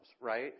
right